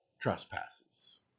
trespasses